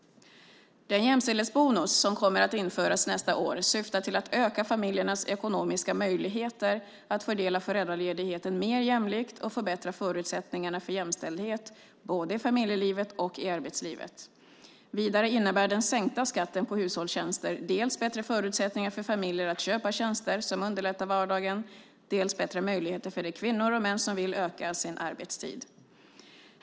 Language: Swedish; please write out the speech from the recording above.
Den jämställdhetsbonus som kommer att införas nästa år syftar till att öka familjernas ekonomiska möjligheter att fördela föräldraledigheten mer jämlikt och förbättra förutsättningarna för jämställdhet både i familjelivet och i arbetslivet. Vidare innebär den sänkta skatten på hushållstjänster dels bättre förutsättningar för familjer att köpa tjänster som underlättar vardagen, dels bättre möjligheter för de kvinnor och män som vill öka sin arbetstid.